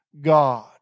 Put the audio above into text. God